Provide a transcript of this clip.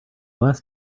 last